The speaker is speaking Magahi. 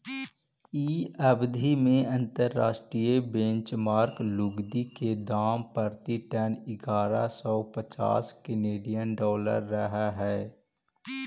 इ अवधि में अंतर्राष्ट्रीय बेंचमार्क लुगदी के दाम प्रति टन इग्यारह सौ पच्चास केनेडियन डॉलर रहऽ हई